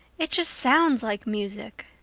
it just sounds like music.